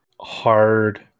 hard